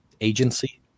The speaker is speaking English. agency